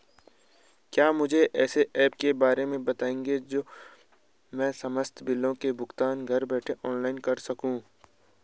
क्या मुझे ऐसे ऐप के बारे में बताएँगे जो मैं समस्त बिलों का भुगतान घर बैठे ऑनलाइन कर सकूँ?